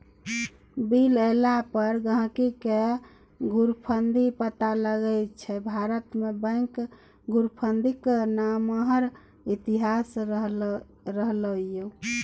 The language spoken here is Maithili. बिल एला पर गहिंकीकेँ धुरफंदी पता लगै छै भारतमे बैंक धुरफंदीक नमहर इतिहास रहलै यै